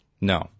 no